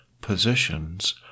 positions